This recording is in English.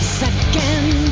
second